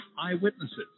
eyewitnesses